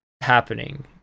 happening